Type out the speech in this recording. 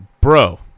bro